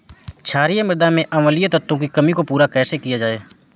क्षारीए मृदा में अम्लीय तत्वों की कमी को पूरा कैसे किया जाए?